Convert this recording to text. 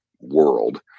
world